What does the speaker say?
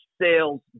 sales